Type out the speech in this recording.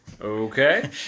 Okay